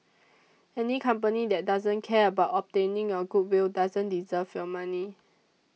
any company that doesn't care about obtaining your goodwill doesn't deserve your money